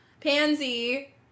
Pansy